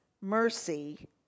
mercy